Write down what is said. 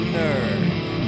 nerd